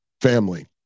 family